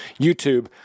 YouTube